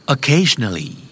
Occasionally